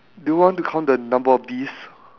do you want to count the number of bees